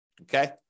okay